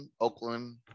Oakland